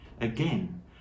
Again